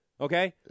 okay